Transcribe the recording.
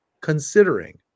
considering